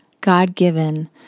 God-given